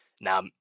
Now